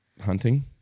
hunting